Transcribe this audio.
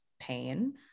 pain